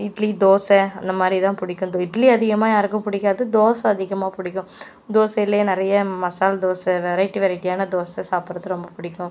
இட்லி தோசை அந்த மாதிரி தான் பிடிக்கும் இந்த இட்லி அதிகமாகப் யாருக்கும் பிடிக்காது தோசை அதிகமாக பிடிக்கும் தோசையில் நிறைய மசால் தோசை வெரைட்டி வெரைட்டியான தோசை சாப்டுறது ரொம்ப பிடிக்கும்